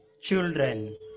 children